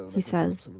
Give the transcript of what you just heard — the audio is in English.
he says.